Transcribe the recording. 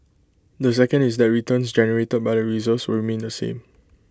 the second is that returns generated by the reserves will remain the same